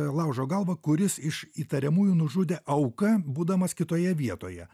laužo galvą kuris iš įtariamųjų nužudė auką būdamas kitoje vietoje